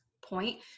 point